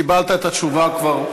קיבלת כבר את התשובה.